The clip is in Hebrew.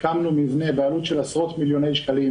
הקמנו מבנה בעלות של עשרות מיליוני שקלים,